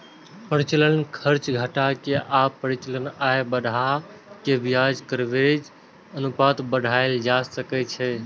परिचालन खर्च घटा के आ परिचालन आय बढ़ा कें ब्याज कवरेज अनुपात बढ़ाएल जा सकै छै